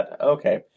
Okay